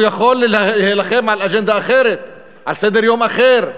הוא יכול להילחם על אג'נדה אחרת, על סדר-יום אחר,